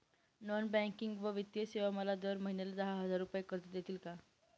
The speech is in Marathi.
नॉन बँकिंग व वित्तीय सेवा मला दर महिन्याला दहा हजार रुपये कर्ज देतील का?